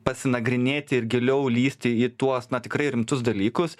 pasinagrinėti ir giliau lįsti į tuos na tikrai rimtus dalykus